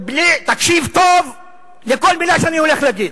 תקשיב טוב לכל מלה שאני הולך להגיד,